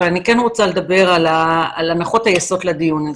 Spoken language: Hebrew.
אבל אני כן רוצה לדבר על הנחות היסוד לדיון הזה.